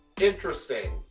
interesting